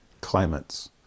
climates